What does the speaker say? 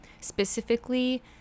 specifically